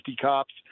cops